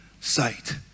sight